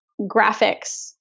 graphics